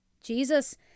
Jesus